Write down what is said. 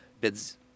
bids